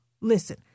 Listen